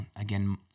Again